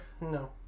No